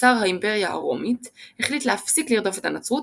קיסר האימפריה הרומית החליט להפסיק לרדוף את הנצרות